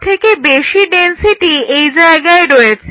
সবথেকে বেশি ডেনসিটি এই জায়গায় রয়েছে